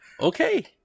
okay